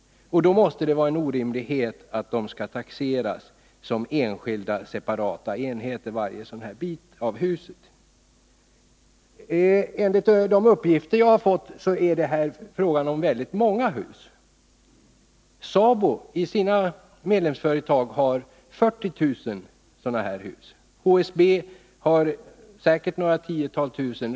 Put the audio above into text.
Därför måste det vara en orimlighet att varje sådan del av huset skall taxeras som en enskild, separat enhet. Enligt de uppgifter jag har fått är det här fråga om väldigt många hus. SABO har i sina medlemsföretag 40 000 sådana här hus. HSB har säkert några tiotal tusen.